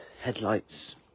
headlights